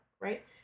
right